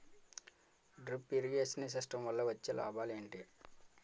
Drip irrigation system వల్ల వచ్చే లాభాలు ఏంటి?